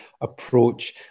approach